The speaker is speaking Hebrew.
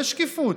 יש שקיפות,